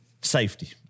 Safety